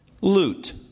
loot